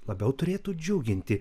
labiau turėtų džiuginti